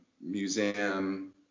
Museum